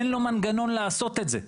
אין לו מנגנון לעשות את זה,